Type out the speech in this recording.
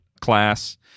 class